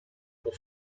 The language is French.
pour